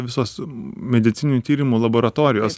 visos medicininių tyrimų laboratorijos